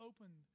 opened